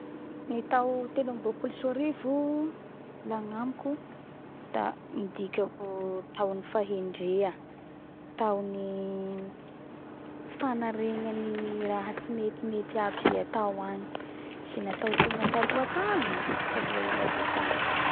Ny tao telo amby ropolo sy roa arivo la agnamiko da midika ho tao ny fahendrea tao ny fanaregna ny raha tsy mety mety aby ze atao agny ze natao tegna taloa agny eee taloa el be tagny